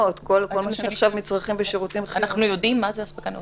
--- אנחנו יודעים מה זו אספקה נאותה?